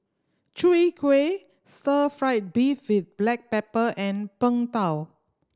Chwee Kueh stir fried beef with black pepper and Png Tao